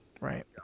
Right